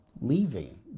leaving